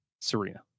Serena